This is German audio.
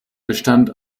bestand